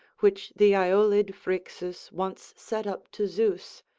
which the aeolid phrixus once set up to zeus,